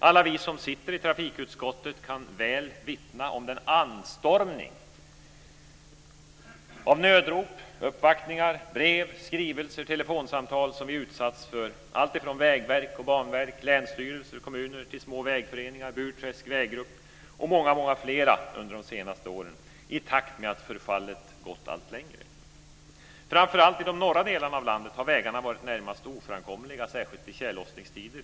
Alla vi som sitter i trafikutskottet kan väl vittna om den anstormning av nödrop, uppvaktningar, brev, skrivelser och telefonsamtal som vi under de senaste åren har utsatts för alltifrån vägverk, banverk, länsstyrelser och kommuner till små vägföreningar, Burträsk Väggrupp och många fler - i takt med att förfallet har gått allt längre. Framför allt i de norra delarna av landet har vägarna varit närmast oframkomliga - särskilt i tjällossningstider.